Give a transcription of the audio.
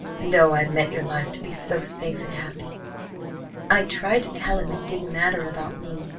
and oh, i meant your life to be so safe and happy i tried to tell him it didn't matter about me,